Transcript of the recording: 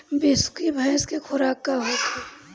बिसुखी भैंस के खुराक का होखे?